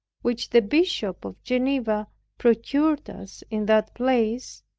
which the bishop of geneva procured us in that place,